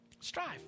Strive